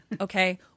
okay